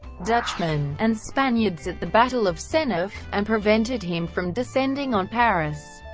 dutchmen, and spaniards at the battle of seneffe, and prevented him from descending on paris.